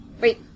Wait